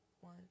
one